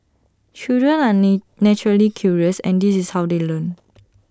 children are naturally curious and this is how they learn